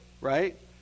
right